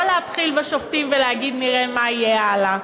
לא להתחיל בשופטים ולהגיד נראה מה יהיה הלאה.